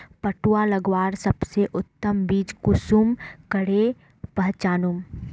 पटुआ लगवार सबसे उत्तम बीज कुंसम करे पहचानूम?